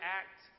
act